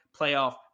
playoff